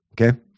okay